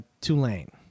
Tulane